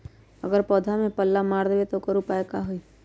अगर पौधा में पल्ला मार देबे त औकर उपाय का होई?